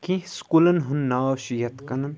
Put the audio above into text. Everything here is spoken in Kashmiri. کینٛہہ سکوٗلَن ہُنٛد ناو چھِ یَتھ کٔنۍ